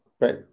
Right